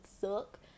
suck